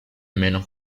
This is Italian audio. meno